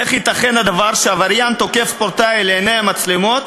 איך ייתכן שעבריין תוקף ספורטאי לעיני המצלמות,